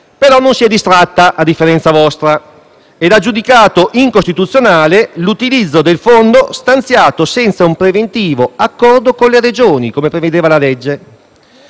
non si è distratta, a differenza vostra, e ha giudicato incostituzionale l'utilizzo del fondo stanziato senza un preventivo accordo con le Regioni, come prevedeva la legge.